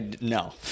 No